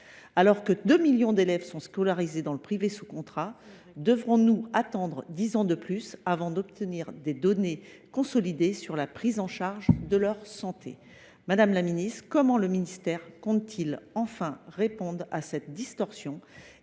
Alors que 2 millions d’élèves sont scolarisés dans l’enseignement privé sous contrat, devrons nous attendre dix ans de plus avant d’obtenir des données consolidées sur la prise en charge de leur santé ? Comment le ministère compte t il enfin répondre à cette distorsion